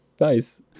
Nice